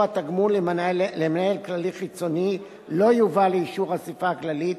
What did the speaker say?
התגמול למנהל כללי חיצוני לא יובא לאישור האספה הכללית,